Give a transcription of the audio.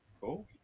cool